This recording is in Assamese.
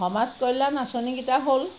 সমাজ কল্যাণ আঁচনিকেইটা হ'ল